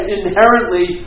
inherently